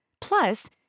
plus